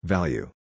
Value